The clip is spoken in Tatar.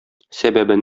сәбәбе